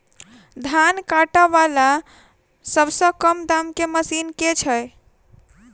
धान काटा वला सबसँ कम दाम केँ मशीन केँ छैय?